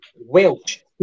Welsh